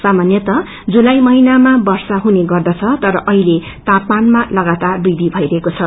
सामान्यत जुलाई महिनामा वर्षा हुने गर्दछ तर अहिले तापमानमा वृद्धि भईरहेको छ